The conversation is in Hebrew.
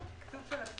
בבקשה.